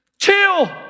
Chill